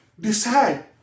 Decide